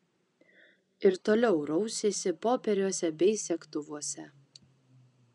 ir toliau rausėsi popieriuose bei segtuvuose